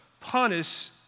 punish